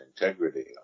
integrity